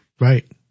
Right